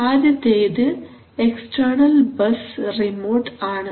ആദ്യത്തേത് external bus remote ആണ്